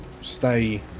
stay